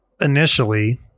initially